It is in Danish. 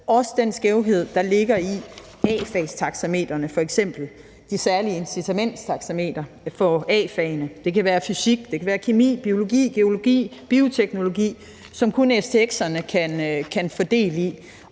også den skævhed, der ligger i A-fagstaxametrene, f.eks. det særlige incitamentstaxameter for A-fagene. Det kan være fysik, kemi, biologi, geologi eller bioteknologi, som kun stx'erne kan få del i.